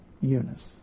Eunice